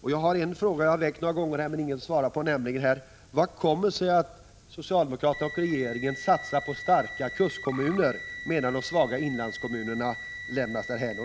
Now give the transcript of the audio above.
och jag har en fråga som jag väckt några gånger men som ingen vill svara på: Hur kommer det sig att socialdemokraterna och regeringen satsar på starka kustkommuner, medan de svaga inlandskommunerna lämnas därhän?